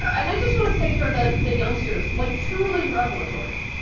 i just want to say for the the youngsters, like truly revelatory.